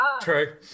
true